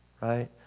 right